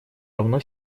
равно